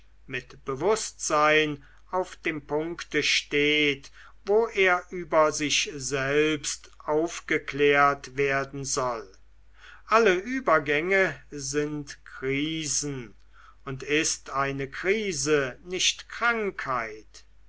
mit bewußtsein auf dem punkte steht wo er über sich selbst aufgeklärt werden soll alle übergänge sind krisen und ist eine krise nicht krankheit